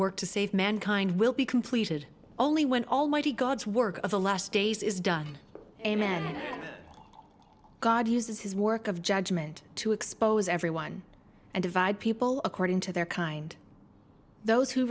work to save mankind will be completed only when almighty god's work of the last days is done amen god uses his work of judgment to expose everyone and divide people according to their kind those who